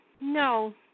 no